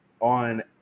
on